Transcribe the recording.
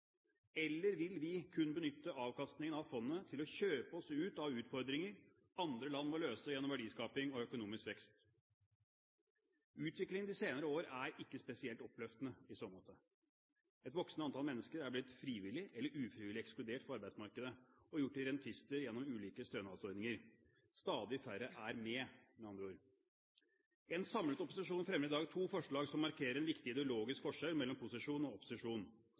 Eller vil vi kun benytte avkastningen av fondet til å kjøpe oss ut av utfordringer andre land må løse gjennom verdiskaping og økonomisk vekst? Utviklingen de senere år er ikke spesielt oppløftende i så måte. Et voksende antall mennesker er blitt frivillig eller ufrivillig ekskludert fra arbeidsmarkedet og gjort til rentenister gjennom ulike stønadsordninger. Stadig færre er med, med andre ord. En samlet opposisjon fremmer i dag to forslag som markerer en viktig ideologisk forskjell mellom posisjon og opposisjon.